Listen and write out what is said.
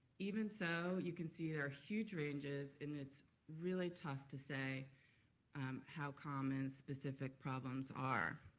even so, you can see there are huge ranges and it's really tough to say how common specific problems are.